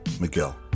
Miguel